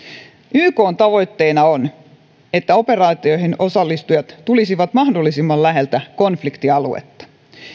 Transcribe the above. ykn tavoitteena on että operaatioihin osallistujat tulisivat mahdollisimman läheltä konfliktialuetta